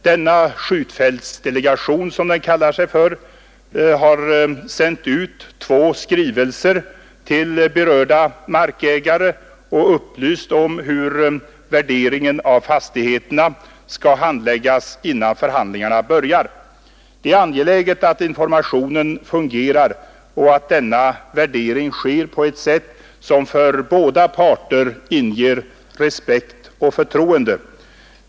Denna skjutfältsdelegation har sänt ut två skrivelser till berörda markägare och upplyst om hur värderingen av fastigheterna skall ske innan förhandlingarna börjar. Det är angeläget att informationen fungerar och att denna värdering sker på ett sätt, som inger båda parter respekt och förtroende.